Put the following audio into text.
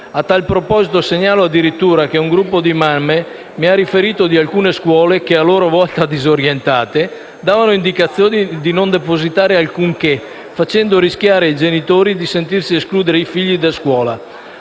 A tal proposito, segnalo addirittura che un gruppo di mamme mi ha riferito di alcune scuole che, a loro volta disorientate, davano indicazioni di non depositare alcunché, facendo rischiare ai genitori di sentirsi escludere i figli da scuola.